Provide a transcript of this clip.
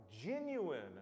genuine